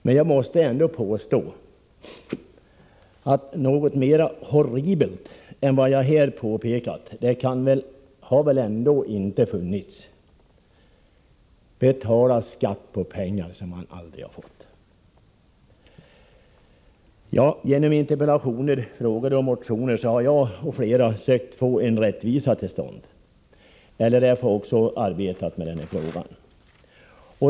Men jag vill påstå att något mera horribelt än de missförhållanden som jag har påtalat på det här området inte har förekommit här i landet. Betala skatt på pengar som man aldrig har fått! Genom interpellationer, frågor och motioner har jag och flera andra försökt få till stånd rättvisa. LRF har också arbetat med frågan.